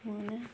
मोनो